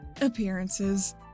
appearances